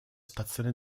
stazione